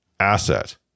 asset